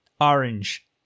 orange